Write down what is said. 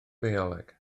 bioleg